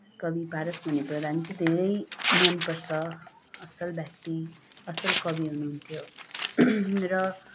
कवि पारसमणि प्रधान चाहिँ धेरै मनपर्छ असल व्यक्ति असल कवि हुनुहुन्थ्यो र